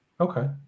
Okay